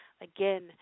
Again